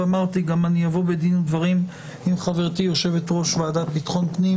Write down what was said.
אמרתי גם שאני אבוא בדין ודברים עם חברתי יושבת-ראש ועדת ביטחון פנים